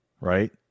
right